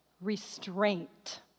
Restraint